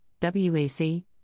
WAC